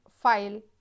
file